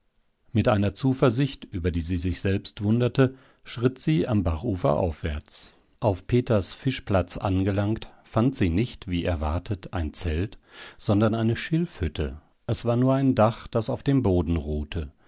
mit einer zuversicht über die sie sich selbst wunderte schritt sie am bachufer aufwärts auf peters fischplatz angelangt fand sie nicht wie erwartet ein zelt sondern eine schilfhütte es war nur ein dach das auf dem boden ruhte